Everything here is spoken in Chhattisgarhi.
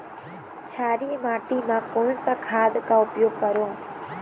क्षारीय माटी मा कोन सा खाद का उपयोग करों?